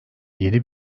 yeni